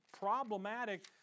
problematic